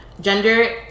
gender